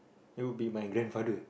that would be my grandfather